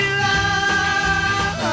love